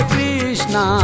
Krishna